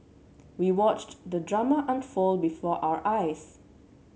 we watched the drama unfold before our eyes